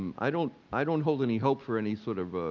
i don't i don't hold any hope for any sort of,